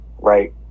right